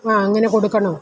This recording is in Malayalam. ആ അങ്ങനെ കൊടുക്കണോ